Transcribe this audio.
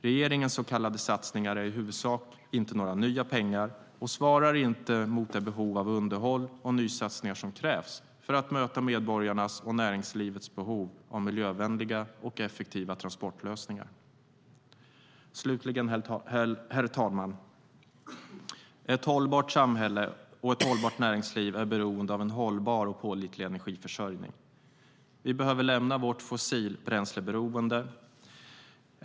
Regeringens så kallade satsningar är i huvudsak inte några nya pengar och svarar inte mot det behov av underhåll och nysatsningar som krävs för att möta medborgarnas och näringslivets behov av miljövänliga och effektiva transportlösningar. Slutligen, herr talman, vill jag framhålla att ett hållbart samhälle och ett hållbart näringsliv är beroende av en hållbar och pålitlig energiförsörjning. Vi behöver lämna vårt fossilbränsleberoende.